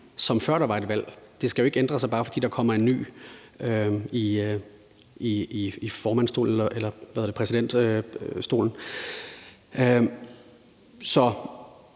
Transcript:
som før der var et valg. Det skal jo ikke ændre sig, bare fordi der kommer en ny i præsidentstolen.